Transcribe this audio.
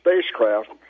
spacecraft